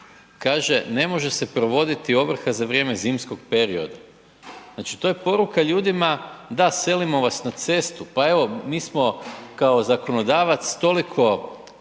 kaže ne može se provoditi ovrha za vrijeme zimskog perioda, znači to je poruka ljudima da selimo vas na cestu, pa evo mi smo kao zakonodavac toliko